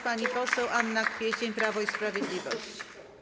Pani poseł Anna Kwiecień, Prawo i Sprawiedliwość.